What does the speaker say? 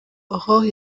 aurore